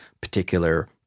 particular